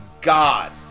god